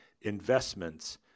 investments